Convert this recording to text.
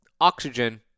oxygen